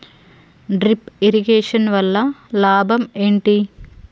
Drip irrigation వల్ల లాభం ఏంటి?